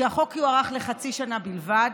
שהחוק יוארך לחצי שנה בלבד,